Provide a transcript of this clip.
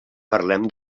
parlem